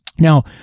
Now